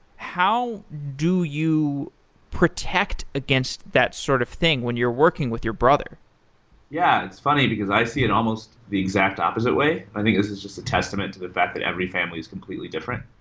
how do you protect against that sort of thing when you're working with your brother yeah, it's funny, because i see it almost the exact opposite way. i think it's just a testament to the fact that every family is completely different.